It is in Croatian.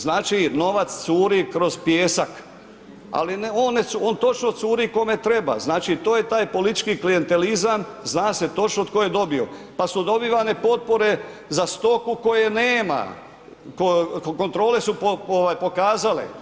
Znači novac curu kroz pijesak ali točno curi kome treba, znači to je taj politički klijentelizam, zna se točno tko je dobio pa su dobivane potpore za stoku koje nema, kontrole su pokazale.